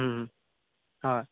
हय